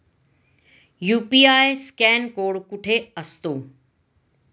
UPI scan code कुठे असतो?